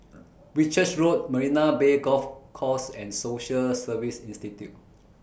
Whitchurch Road Marina Bay Golf Course and Social Service Institute